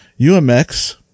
UMX